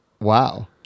wow